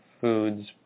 foods